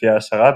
לפי ההשערה,